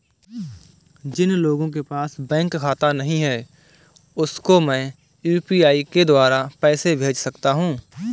जिन लोगों के पास बैंक खाता नहीं है उसको मैं यू.पी.आई के द्वारा पैसे भेज सकता हूं?